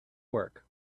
work